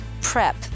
prep